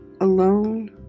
alone